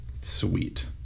Sweet